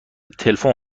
تلفن